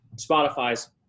Spotify's